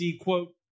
quote